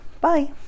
Bye